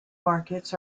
markets